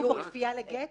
חיוב הכפייה לגט,